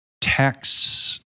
texts